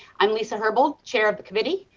i am lisa herbold, chair of the committee.